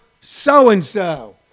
so-and-so